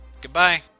Goodbye